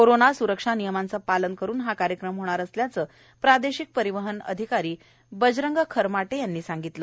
corona सुरक्षा नियमांचे पालन करून हा कार्यक्रम होणार असल्याचे प्रादेशिक परिवहन अधिकारी बजरंग खरमाटे यांनी केले आहे